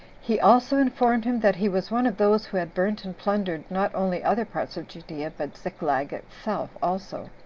he also informed him that he was one of those who had burnt and plundered, not only other parts of judea, but ziklag itself also.